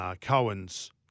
Cohen's